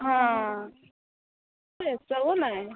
ହଁ ଏସବୁ ନାହିଁ